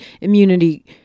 immunity